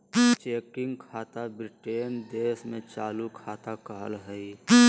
checking खाता Britain देश में चालू खाता कहला हय